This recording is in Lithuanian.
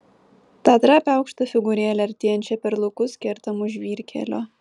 tą trapią aukštą figūrėlę artėjančią per laukus kertamus žvyrkelio